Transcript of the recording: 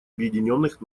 объединенных